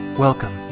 Welcome